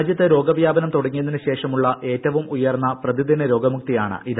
രാജ്യത്ത് രോഗ വൃാപനം തുടങ്ങിയതിനുശേഷമുള്ള ഏറ്റവും ഉയർന്ന പ്രതിദിന രോഗമുക്തിയാണിത്